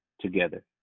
together